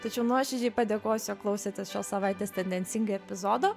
tačiau nuoširdžiai padėkosiu jog klausėtės šios savaitės tendencingai epizodo